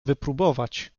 wypróbować